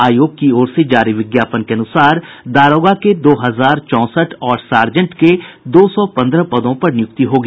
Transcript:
आयोग की ओर से जारी विज्ञापन के अनुसार दारोगा के दो हजार चौंसठ और सार्जेंट के दो सौ पन्द्रह पदों पर नियुक्ति होगी